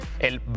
El